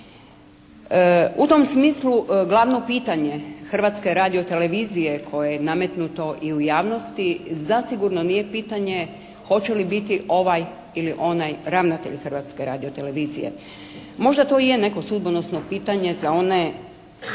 U tom smislu glavno pitanje Hrvatske radiotelevizije koje je nametnuto i u javnosti zasigurno nije pitanje hoće li biti ovaj ili onaj ravnatelj Hrvatske radiotelevizije. Možda to i je neko sudbonosno pitanje za one